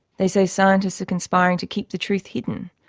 they say scientists are conspiring to keep the truth hidden.